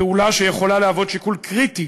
פעולה שיכולה להיות שיקול קריטי